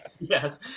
Yes